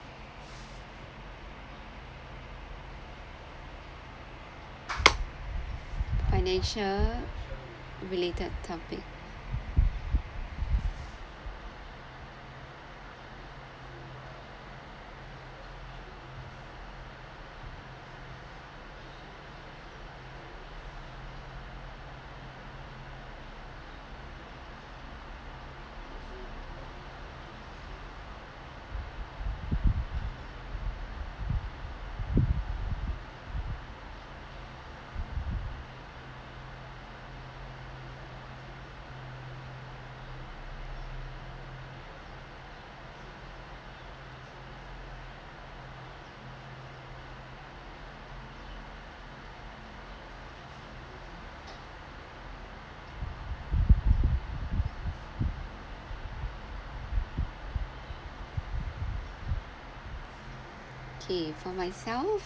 financial related topic okay for myself